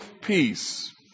peace